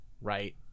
right